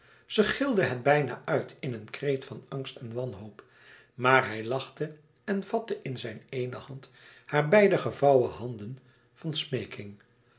zij gilde het bijna uit in een kreet van angst en wanhoop maar hij lachte en vatte in zijn eene hand hare beide gevouwen handen van